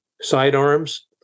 sidearms